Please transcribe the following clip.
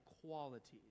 qualities